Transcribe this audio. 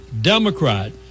Democrat